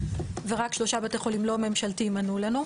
ורק שלושה בתי חולים לא ממשלתיים ענו לנו.